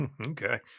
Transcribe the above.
okay